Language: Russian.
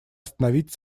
остановить